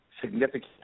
significant